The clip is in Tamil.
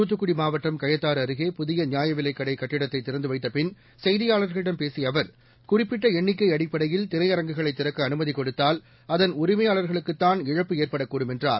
தூத்துக்குடி மாவட்டம் கயத்தாறு அருகே புதிய நியாயவிலைக் கடை கட்டடத்தை திறந்து வைத்த பின் செய்தியாளர்களிடம் பேசிய அவர் குறிப்பிட்ட எண்ணிக்கை அடிப்படையில் திரையரங்குகளை திறக்க அனுமதி கொடுத்தால் அதன் உரிமையாளர்களுக்குத்தான் இழப்பு ஏற்படக்கூடும் என்றார்